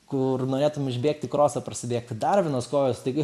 kur norėtum išbėgti krosą prasibėgti dar vienos kojos taigi